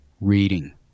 Reading